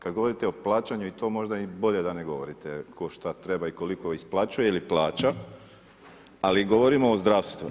Kad govorite o plaćanju i to možda i bolje da ne govorite tko šta treba i koliko isplaćuje ili plaća, ali govorimo o zdravstvu.